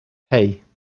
hey